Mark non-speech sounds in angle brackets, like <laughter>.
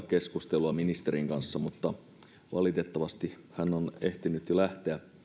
<unintelligible> keskustelua ministerin kanssa mutta valitettavasti hän on ehtinyt jo